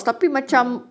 ah